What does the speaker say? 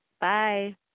bye